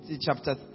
chapter